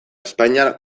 espainiar